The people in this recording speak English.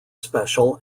special